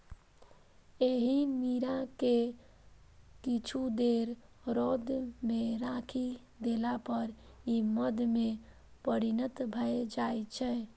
एहि नीरा कें किछु देर रौद मे राखि देला पर ई मद्य मे परिणत भए जाइ छै